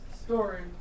story